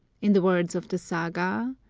in the words of the saga a